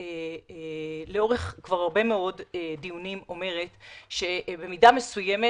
לאורך הרבה מאוד דיונים אני אומרת שבמידה מסוימת